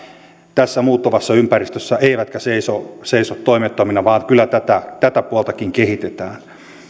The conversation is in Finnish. tässä muuttuvassa ympäristössä eivätkä seiso seiso toimettomina vaan kyllä tätä tätä puoltakin kehitetään